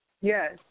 Yes